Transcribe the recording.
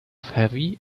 heavy